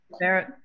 Barrett